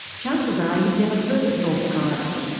chances are you've never heard of norfolk island,